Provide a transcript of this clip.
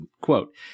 quote